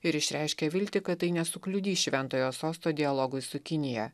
ir išreiškė viltį kad tai nesukliudys šventojo sosto dialogui su kinija